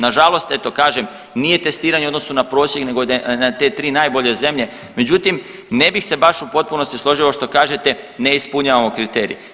Nažalost eto kažem nije testiranje u odnosu na prosjek nego na te tri najbolje zemlje, međutim ne bih se baš u potpunosti složio ovo što kažete ne ispunjavamo kriterije.